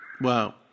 Wow